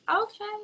Okay